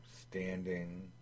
standing